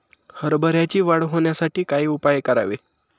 हरभऱ्याची वाढ होण्यासाठी काय उपाय करावे?